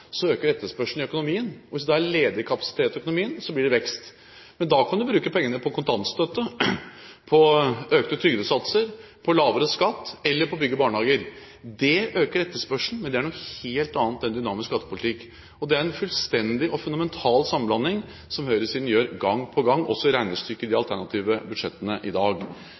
så øker etterspørselen i økonomien, og hvis det da er ledig kapasitet i økonomien, blir det vekst. Men da kan du bruke pengene på kontantstøtte, på økte trygdesatser, på lavere skatt eller på å bygge barnehager. Det øker etterspørselen, men det er noe helt annet enn dynamisk skattepolitikk. Det er en fullstendig og fundamental sammenblanding som høyresiden gjør gang på gang, også i regnestykker i de alternative budsjettene i dag.